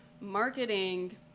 Marketing